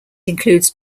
includes